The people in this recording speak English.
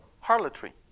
harlotry